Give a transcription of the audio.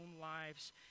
lives